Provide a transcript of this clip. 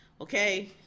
okay